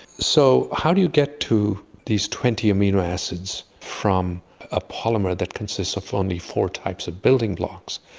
so how do you get to these twenty amino acids from a polymer that consists of only four types of building blocks?